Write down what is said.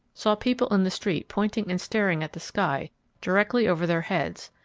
saw people in the street pointing and staring at the sky directly over their heads,